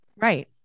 Right